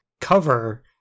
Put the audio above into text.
cover